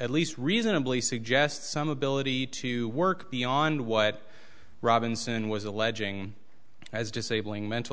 at least reasonably suggest some ability to work beyond what robinson was alleging as disabling mental